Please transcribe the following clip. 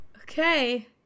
Okay